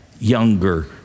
younger